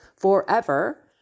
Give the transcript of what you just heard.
forever